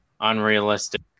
unrealistic